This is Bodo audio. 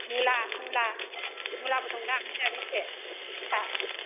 मुला मुला मुलाबो दं दा मुलाया बेसे मुथा